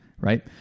right